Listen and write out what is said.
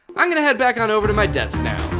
i'm gonna head back on over to my desk now.